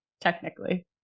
technically